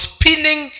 pinning